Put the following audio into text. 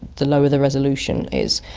the lower the resolution is.